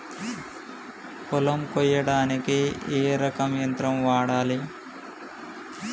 పొలం కొయ్యడానికి ఏ రకం యంత్రం వాడాలి?